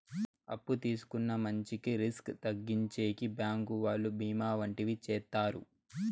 అప్పు తీసుకున్న మంచికి రిస్క్ తగ్గించేకి బ్యాంకు వాళ్ళు బీమా వంటివి చేత్తారు